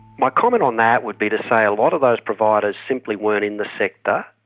my comment on that would be to say a lot of those providers simply weren't in the sector,